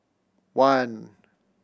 one